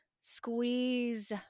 Squeeze